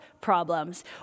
problems